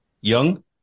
Young